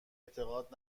اعتقاد